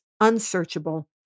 unsearchable